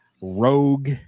Rogue